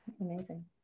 Amazing